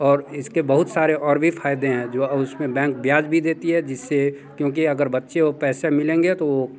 और इसके बहुत सारे और भी फ़ायदे हैं जो उस में बैंक ब्याज भी देती है जिससे क्योंकि अगर बच्चे वो पैसे मिलेंगे तो